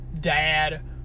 dad